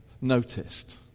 noticed